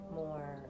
more